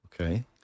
Okay